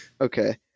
okay